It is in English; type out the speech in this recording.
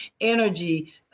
energy